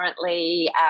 currently